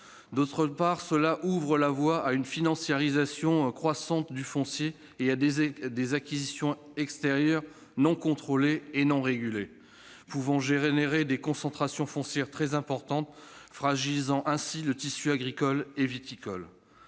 transformations ouvrent la voie à une financiarisation croissante du foncier et à des acquisitions extérieures non contrôlées et non régulées. Elles peuvent entraîner des concentrations foncières très importantes, fragilisant ainsi le tissu agricole et viticole.